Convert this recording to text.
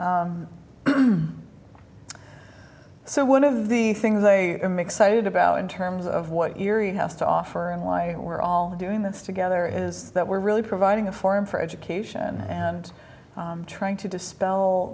before so one of the things i am excited about in terms of what eerie has to offer and why we're all doing this together is that we're really providing a forum for education and trying to dispel